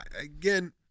Again